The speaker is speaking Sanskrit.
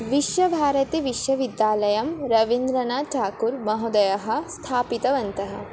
विश्वभारती विश्वविद्यालयं रविन्द्रनाथटागोरमहोदयः स्थापितवन्तः